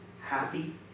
happy